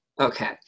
Okay